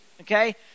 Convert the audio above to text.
Okay